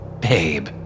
Babe